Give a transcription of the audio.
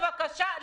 בבקשה,